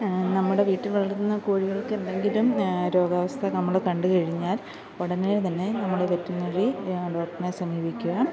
നമ്മുടെ വീട്ടില് വളര്ത്തുന്ന കോഴികള്ക്കെന്തെങ്കിലും രോഗാവസ്ഥ നമ്മൾ കണ്ട് കഴിഞ്ഞാല് ഉടനെ തന്നെ നമ്മുടെ വെറ്റിനറി ഡോട്നെ സമീപിക്കുക